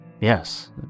Yes